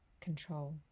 control